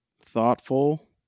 thoughtful